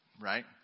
right